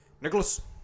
Nicholas